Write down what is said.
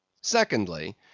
secondly